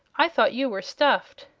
i thought you were stuffed.